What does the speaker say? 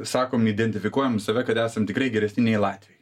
sakom identifikuojam save kad esam tikrai geresni nei latviai